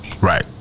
Right